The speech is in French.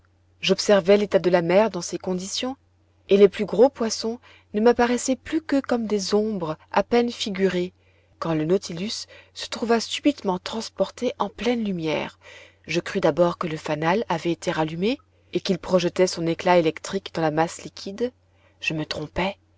j'observais l'état de la mer dans ces conditions et les plus gros poissons ne m'apparaissaient plus que comme des ombres à peine figurées quand le nautilus se trouva subitement transporté en pleine lumière je crus d'abord que le fanal avait été rallumé et qu'il projetait son éclat électrique dans la masse liquide je me trompais